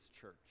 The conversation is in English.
church